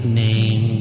name